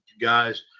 guys